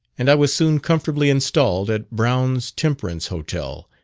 and i was soon comfortably installed at brown's temperance hotel,